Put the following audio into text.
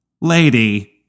lady